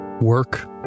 work